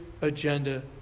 agenda